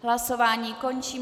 Hlasování končím.